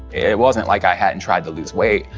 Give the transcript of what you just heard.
it wasn't like i hadn't tried to lose weight,